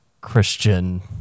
Christian